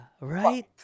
right